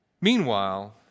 Meanwhile